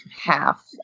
half